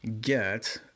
get